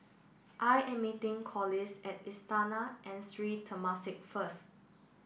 I am meeting Corliss at Istana and Sri Temasek first